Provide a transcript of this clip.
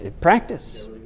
practice